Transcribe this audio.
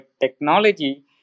technology